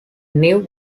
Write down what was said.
new